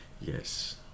Yes